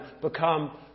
become